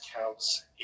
counts